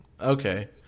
Okay